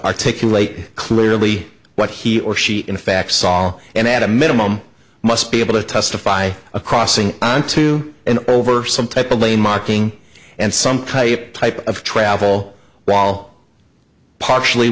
articulate clearly what he or she in fact saw and at a minimum must be able to testify a crossing into and over some type of lane marking and some type type of travel while partially